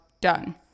done